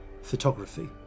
Photography